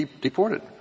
deported